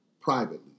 privately